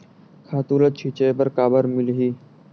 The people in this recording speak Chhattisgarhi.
खातु ल छिंचे बर काबर मिलही?